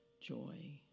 joy